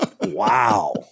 Wow